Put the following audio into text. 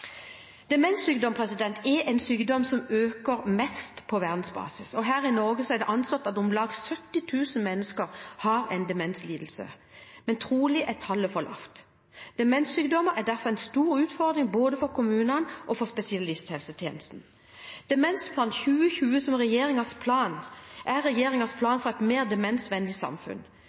Demenssykdom er en av sykdommene som øker mest på verdensbasis. Her i Norge er det anslått at om lag 70 000 mennesker har en demenslidelse. Men trolig er tallet for lavt. Demenssykdom er derfor en stor utfordring både for kommunene og for spesialisthelsetjenesten. Demensplan 2020 er regjeringens plan for et mer demensvennlig samfunn.